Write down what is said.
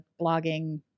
blogging